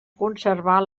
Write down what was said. conservar